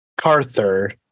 Carther